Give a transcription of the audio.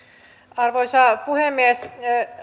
arvoisa puhemies